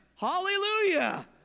Hallelujah